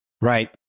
Right